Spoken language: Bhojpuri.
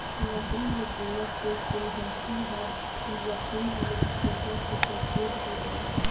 लकड़ी में दीमक के चिन्हासी ह कि लकड़ी में छोटा छोटा छेद हो जाला